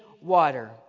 water